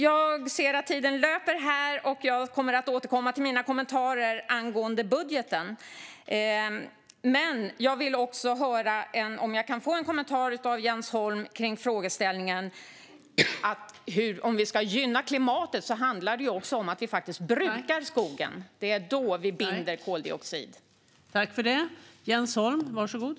Jag ser att min talartid löper på, så jag återkommer till mina kommentarer angående budgeten. Om vi ska gynna klimatet måste vi faktiskt bruka skogen eftersom det är då vi binder koldioxid. Jag vill gärna ha en kommentar från Jens Holm om det.